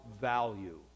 value